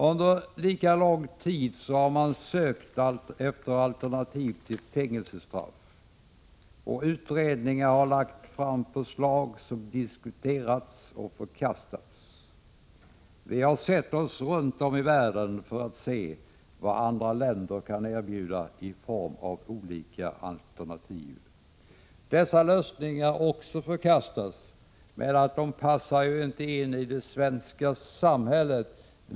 Under lika lång tid har man sökt efter alternativ till fängelsestraff. Utredningar har lagt fram förslag som diskuterats och förkastats. Vi har sett oss om i världen för att utröna vad andra länder kan erbjuda i form av olika alternativ. Dessa lösningar har också förkastats då man menat att de inte passar in i det svenska samhället.